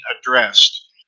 addressed